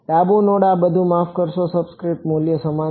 ડાબું નોડ અને આ બધું માફ કરશો સબસ્ક્રિપ્ટ મૂલ્ય સમાન છે